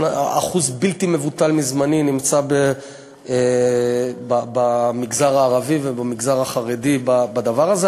אחוז בלתי מבוטל מזמני אני נמצא במגזר הערבי ובמגזר החרדי בדבר הזה.